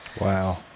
Wow